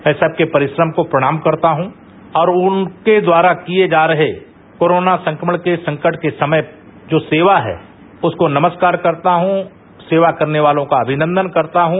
मै सबसे परिश्रम को प्रणाम करता हूं और उनके द्वारा किए जा रहे कोरोना संक्रमण के संकट के समय जो सेवा है उसको नमस्कार करता हूं सेवा करने वालों का अभिनन्दन करता हूं